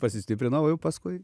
pasistiprina o jau paskui